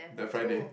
that Friday